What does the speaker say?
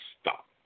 Stop